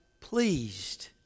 pleased